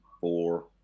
four